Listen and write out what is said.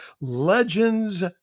Legends